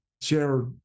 share